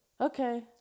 Okay